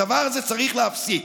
הדבר הזה צריך להיפסק.